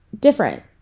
different